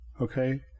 okay